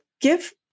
give